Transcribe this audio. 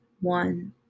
one